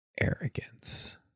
arrogance